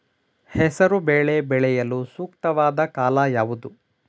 ಹೆಸರು ಬೇಳೆ ಬೆಳೆಯಲು ಸೂಕ್ತವಾದ ಕಾಲ ಯಾವುದು?